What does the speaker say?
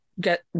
get